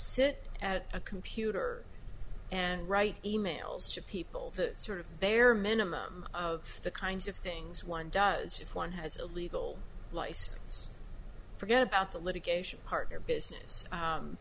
sit at a computer and write e mails to people that sort of bare minimum of the kinds of things one does one has a legal license forget about the litigation partner business